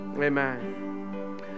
amen